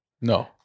No